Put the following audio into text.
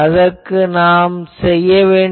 அதற்கு என்ன செய்ய வேண்டும்